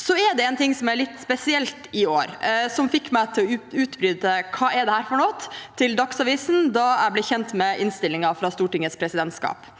Så er det en ting som er litt spesielt i år, som fikk meg til å utbryte til Dagsavisen «hva er dette her for noe», da jeg ble kjent med innstillingen fra Stortingets presidentskap.